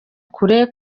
kure